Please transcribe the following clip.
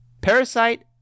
Parasite